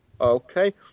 Okay